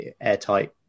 airtight